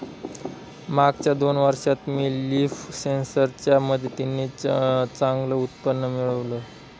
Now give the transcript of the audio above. मागच्या दोन वर्षात मी लीफ सेन्सर च्या मदतीने चांगलं उत्पन्न मिळवलं